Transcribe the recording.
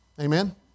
Amen